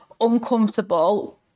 uncomfortable